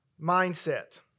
mindset